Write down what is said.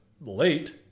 late